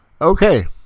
Okay